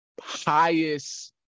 highest